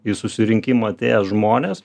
į susirinkimą atėję žmonės